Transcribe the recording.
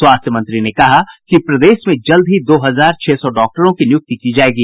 स्वास्थ्य मंत्री ने कहा कि प्रदेश में जल्द ही दो हजार छह सौ डॉक्टरों की नियुक्ति की जायेगी